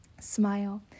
smile